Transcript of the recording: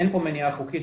אין פה מניעה חוקית,